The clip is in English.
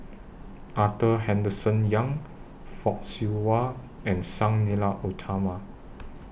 Arthur Henderson Young Fock Siew Wah and Sang Nila Utama